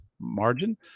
margin